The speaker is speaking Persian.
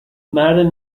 مرد